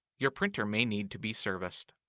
your printer may need to be serviced.